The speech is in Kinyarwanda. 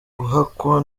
guhakwa